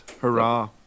Hurrah